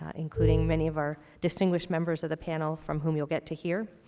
ah including many of our distinguished members of the panel from whom you'll get to hear.